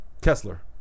Kessler